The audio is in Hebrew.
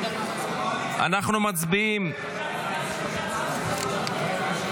בהמשך דבריך.